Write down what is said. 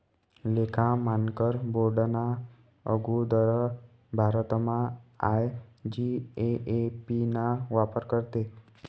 लेखा मानकर बोर्डना आगुदर भारतमा आय.जी.ए.ए.पी ना वापर करेत